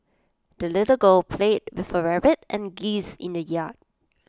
the little girl played with her rabbit and geese in the yard